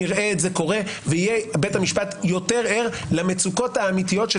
"על אף האמור בחוקי יסוד".